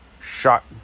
Shot